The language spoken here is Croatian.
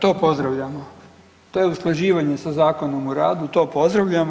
To pozdravljamo, to je usklađivanje sa Zakonom o radu, to pozdravljamo.